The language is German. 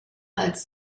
als